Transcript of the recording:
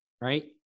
right